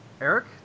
Eric